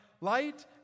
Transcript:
Light